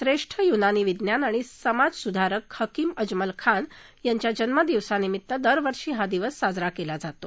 श्रेष्ठ युनानी विद्वान आणि समाज सुधारक हकीम अजमल खान यांच्या जन्मदिवसानिमित्त दरवर्षी हा दिवस साजरा केला जातो